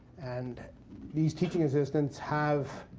and these teaching assistants have,